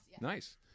Nice